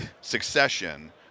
succession